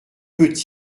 peut